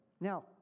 Now